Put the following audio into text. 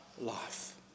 Life